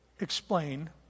explain